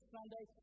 Sunday